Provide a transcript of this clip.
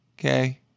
okay